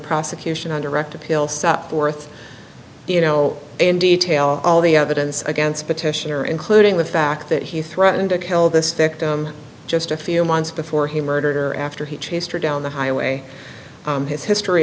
prosecution under direct appeal supped worth you know in detail all the evidence against petitioner including the fact that he threatened to kill the victim just a few months before he murdered her after he chased her down the highway his history